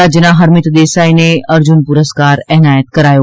રાજ્યના હરમિત દેસાઈને અર્જુન પુરસ્કાર એનાયત કરાયો